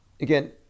again